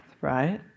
right